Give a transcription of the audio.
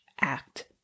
act